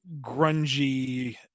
grungy